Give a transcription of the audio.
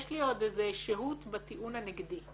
יש לי עוד איזה שהות בטיעון הנגדי.